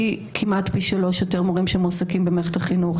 כמעט פי שלושה שמועסקים במערכת החינוך,